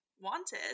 wanted